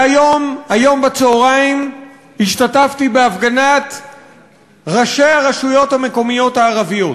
והיום בצהריים השתתפתי בהפגנת ראשי הרשויות המקומיות הערביות.